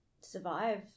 survive